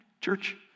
church